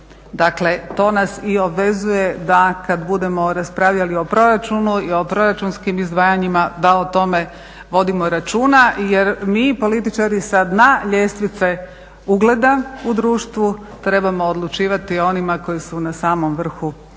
Dakle to nas i obvezuje da kad budemo raspravljali o proračunu i o proračunskim izdvajanjima da o tome vodimo računa jer mi političari sad na ljestvice ugleda u društvu trebalo odlučivati o onima koji su na samom vrhu